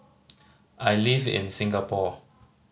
I live in Singapore